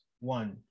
one